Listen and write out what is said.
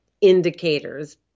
indicators